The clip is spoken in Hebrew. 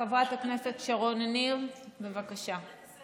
חברת הכנסת שרון ניר, בבקשה.